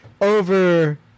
over